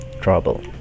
Trouble